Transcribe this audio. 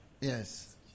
Yes